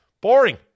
boring